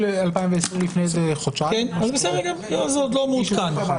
לפני איזה חודשיים -- אז זה עוד לא מעודכן,